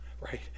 Right